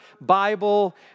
Bible